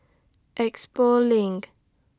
Expo LINK